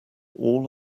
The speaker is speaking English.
all